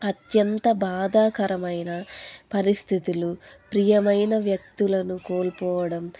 అత్యంత బాధాకరమైన పరిస్థితులు ప్రియమైన వ్యక్తులను కోల్పోవడం